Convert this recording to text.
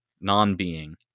non-being